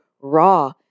raw